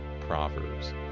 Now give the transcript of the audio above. Proverbs